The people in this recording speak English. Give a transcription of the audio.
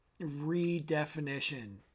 redefinition